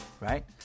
right